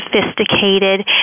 sophisticated